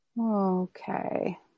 Okay